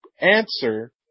answer